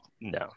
No